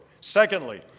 Secondly